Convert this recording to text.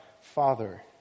Father